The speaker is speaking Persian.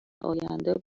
آینده